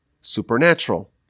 supernatural